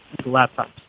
laptops